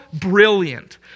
brilliant